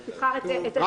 לא.